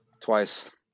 twice